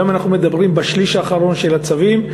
והיום אנחנו מדברים בשליש האחרון של הצווים,